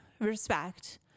Respect